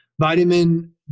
Vitamin